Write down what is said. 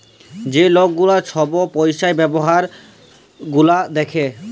যে লক গুলা ছব পইসার ব্যাপার গুলা দ্যাখে